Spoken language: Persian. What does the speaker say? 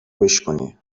بشکونی